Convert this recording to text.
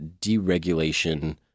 deregulation